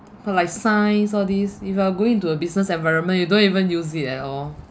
for like science all these if you are going to a business environment you don't even use it at all